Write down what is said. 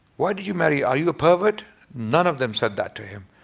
why did you marry are you a pervert none of them said that to him.